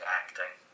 acting